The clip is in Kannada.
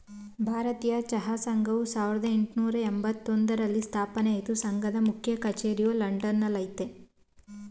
ಭಾರತೀಯ ಚಹಾ ಸಂಘವು ಸಾವಿರ್ದ ಯೆಂಟ್ನೂರ ಎಂಬತ್ತೊಂದ್ರಲ್ಲಿ ಸ್ಥಾಪನೆ ಆಯ್ತು ಸಂಘದ ಮುಖ್ಯ ಕಚೇರಿಯು ಲಂಡನ್ ನಲ್ಲಯ್ತೆ